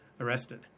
arrested